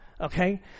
okay